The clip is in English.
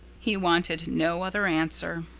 he wanted no other answer.